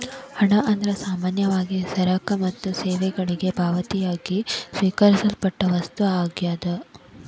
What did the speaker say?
ಹಣ ಅಂದ್ರ ಸಾಮಾನ್ಯವಾಗಿ ಸರಕ ಮತ್ತ ಸೇವೆಗಳಿಗೆ ಪಾವತಿಯಾಗಿ ಸ್ವೇಕರಿಸಲ್ಪಟ್ಟ ವಸ್ತು ಆಗ್ಯಾದ